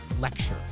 lecture